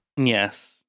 Yes